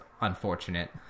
unfortunate